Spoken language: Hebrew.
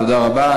תודה רבה.